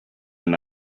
and